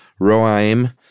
Roaim